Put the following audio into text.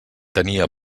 tenia